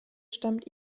stammt